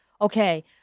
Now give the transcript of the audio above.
okay